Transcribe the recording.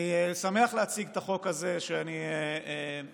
אני שמח להציג את החוק הזה שאני הצעתי,